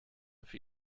für